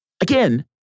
again